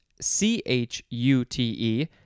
C-H-U-T-E